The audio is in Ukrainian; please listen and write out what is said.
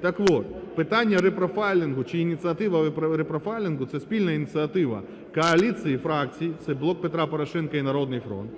Так от питання репрофайлінгу чи ініціатива репрофайлінгу – це спільна ініціатива коаліції фракцій, це "Блок Петра Порошенка" і "Народний фронт",